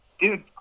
dude